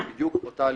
זו בדיוק אותה אלימות.